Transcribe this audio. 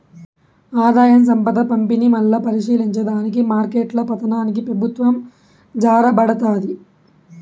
ఆదాయం, సంపద పంపిణీ, మల్లా పరిశీలించే దానికి మార్కెట్ల పతనానికి పెబుత్వం జారబడతాది